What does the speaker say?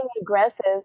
aggressive